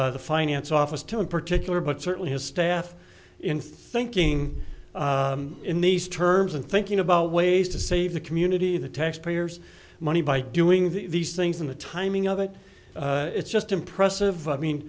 applaud the finance office to in particular but certainly his staff in thinking in these terms and thinking about ways to save the community the taxpayers money by doing these things and the timing of it it's just impressive i mean